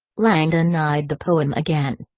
langdon eyed the poem again.